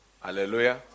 Hallelujah